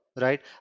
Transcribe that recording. right